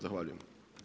Zahvaljujem.